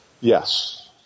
Yes